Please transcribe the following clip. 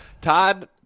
Todd